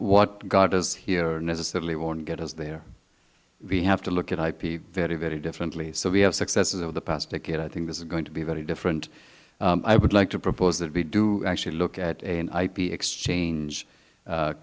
what got us here necessarily won't get us there we have to look at ip very very differently so we have successes over the past decade i think this is going to be very different i would like to propose that we do actually look at an ip exchange